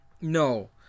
No